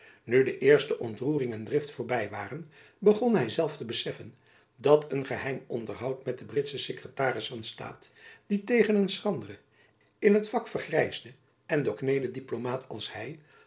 nu de eerste ontroering en drift voorby waren begon hy zelf te beseffen dat een geheim onderhoud met den britschen sekretaris van staat die tegen een schranderen in het vak vergrijsden en doorkneeden diplomaat als hy